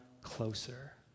closer